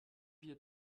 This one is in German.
wir